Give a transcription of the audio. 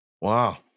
Wow